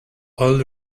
all